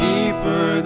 Deeper